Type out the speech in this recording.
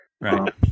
Right